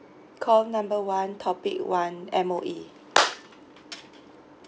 call number one topic one M_O_E